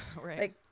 Right